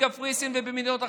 בקפריסין ובמדינות אחרות.